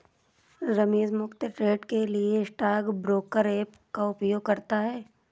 रमेश मुफ्त ट्रेड के लिए स्टॉक ब्रोकर ऐप का उपयोग करता है